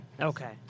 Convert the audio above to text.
Okay